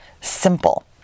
simple